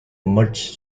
merged